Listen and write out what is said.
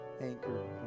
anchor